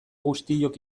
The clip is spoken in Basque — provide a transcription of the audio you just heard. guztiok